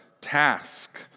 task